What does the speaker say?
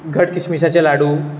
घट किशमिशाचे लाडू